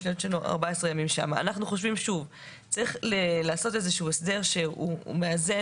אנחנו חושבים שצריך לעשות איזה הסדר שמאזן